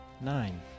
Nine